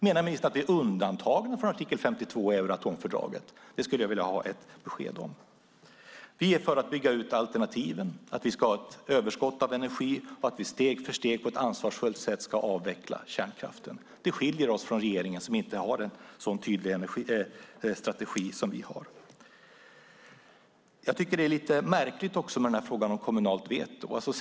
Menar ministern att vi är undantagna från artikel 52 i Euroatomfördraget? Det skulle jag vilja ha ett besked om. Vi är för att bygga ut alternativen, att vi ska ha ett överskott av energi och att vi steg för steg ska avveckla kärnkraften på ett ansvarsfullt sätt. Det skiljer oss från regeringen som inte har en så tydlig strategi som vi har. Jag tycker också att frågan om kommunalt veto är lite märklig.